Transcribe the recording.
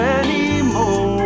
anymore